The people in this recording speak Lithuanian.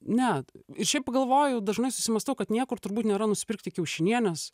ne ir šiaip galvoju dažnai susimąstau kad niekur turbūt nėra nusipirkti kiaušinienės